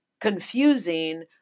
confusing